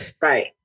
Right